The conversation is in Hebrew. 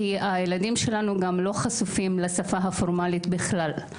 כי הילדים שלנו גם לא חשופים לשפה הפורמלית בכלל.